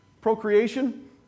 Procreation